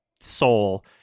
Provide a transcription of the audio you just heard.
soul